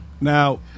Now